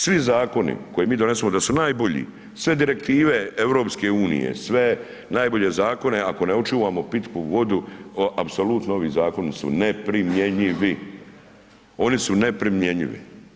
Svi zakoni koje mi donesemo da su najbolji, sve direktive EU, sve najbolje zakone, ako ne očuvamo pitku vodu, apsolutno ovi zakoni su ne-pri-mje-nji-vi, oni su neprimjenjivi.